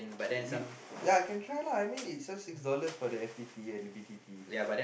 ya can try lah I mean it just six dollars for the F_T_T and B_T_T